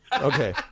Okay